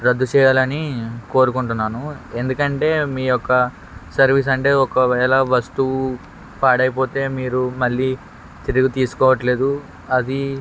రద్దు చేయాలని కోరుకుంటున్నాను ఎందుకంటే మీ యొక్క సర్వీస్ అంటే ఒకవేళ వస్తువు పాడైపోతే మీరు మళ్ళీ తిరిగి తీసుకోవట్లేదు అది